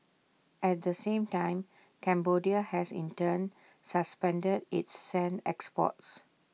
at the same time Cambodia has in turn suspended its sand exports